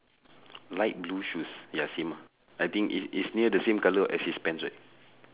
light blue shoes ya same I think is is near the same colour as his pants right